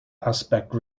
aspect